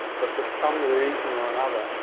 but for some reason or another,